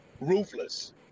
ruthless